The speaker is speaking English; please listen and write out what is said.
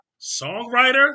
songwriter